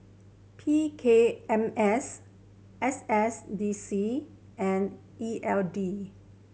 P K M S S S D C and E L D